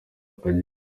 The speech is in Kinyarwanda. agenda